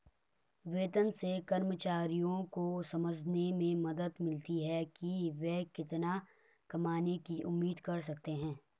वेतन से कर्मचारियों को समझने में मदद मिलती है कि वे कितना कमाने की उम्मीद कर सकते हैं